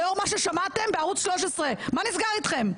לאור מה ששמעתם בערוץ 13. מה נסגר אתכם?